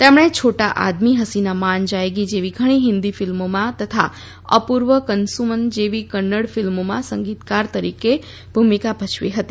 તેમણે છોટા આદમી હસીના માન જાયેગી જેવી ઘણી હિંદી ફિલ્મોમાં તથા અપૂર્વ કન્સુમ જેવી કન્નડ ફિલ્મમાં સંગીતકાર તરીકે ભૂમિકા ભજવી હતી